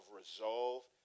resolve